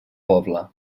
poble